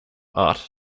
art